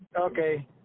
okay